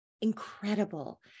incredible